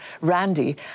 Randy